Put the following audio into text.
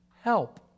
help